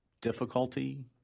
difficulty